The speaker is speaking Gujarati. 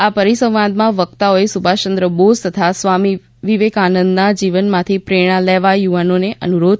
આ પરિસંવાદમાં વકતાઓએ સુભાષચંદ્ર બોઝ તથા સ્વામી વિવેકાનંદના જીવમાંથી પ્રેરણા લેવા યુવાનોને અનુરોધ કર્યો હતો